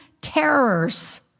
terrors